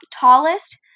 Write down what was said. tallest